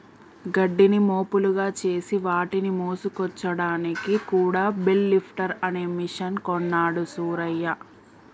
గడ్డిని మోపులుగా చేసి వాటిని మోసుకొచ్చాడానికి కూడా బెల్ లిఫ్టర్ అనే మెషిన్ కొన్నాడు సూరయ్య